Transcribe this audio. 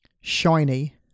shiny